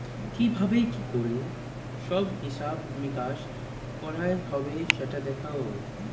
কি ভাবে কি ক্যরে সব হিছাব মিকাশ কয়রা হ্যবে সেটা দ্যাখে